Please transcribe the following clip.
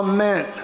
Amen